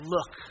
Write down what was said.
Look